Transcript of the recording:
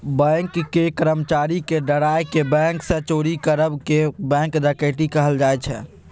बैंकक कर्मचारी केँ डराए केँ बैंक सँ चोरी करब केँ बैंक डकैती कहल जाइ छै